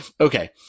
Okay